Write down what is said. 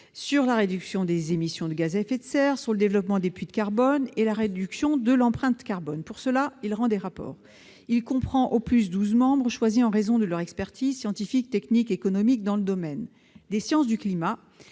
sur la réduction des émissions de gaz à effet de serre, sur le développement des puits de carbone et sur la réduction de l'empreinte carbone. À ce titre, il rend des rapports. Il comprend au plus douze membres choisis en raison de leur expertise scientifique, technique, économique dans le domaine des sciences du climat.